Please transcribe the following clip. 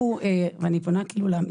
תשאלו את זה.